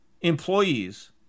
employees